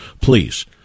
please